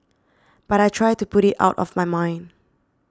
but I try to put it out of my mind